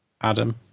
Adam